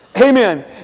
Amen